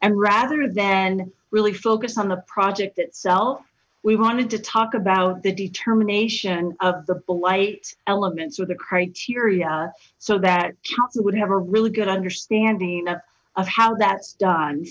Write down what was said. and rather than really focus on the project itself we wanted to talk about the determination given of the blight elements or the criteria so that council would have a really good understanding of how that's done